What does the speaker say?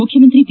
ಮುಖ್ಯಮಂತ್ರಿ ಬಿ